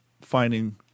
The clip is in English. finding